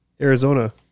Arizona